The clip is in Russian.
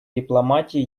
дипломатии